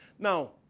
Now